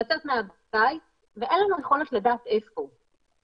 לצאת מהבית ואין לנו יכולת לדעת איפה שהוא.